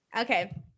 Okay